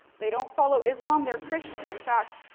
they don't follow islam, they're christian. in fact,